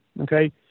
okay